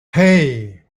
hey